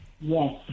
Yes